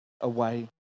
away